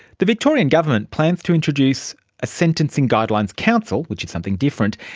the victorian government plans to introduce a sentencing guidelines council, which is something different,